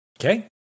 Okay